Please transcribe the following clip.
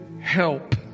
help